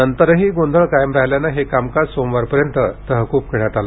नंतरही गोंधळ कायम राहिल्यानं हे कामकाज सोमवारपर्यंत तहकूब करण्यात आलं